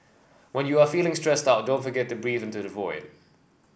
when you are feeling stressed out don't forget to breathe into the void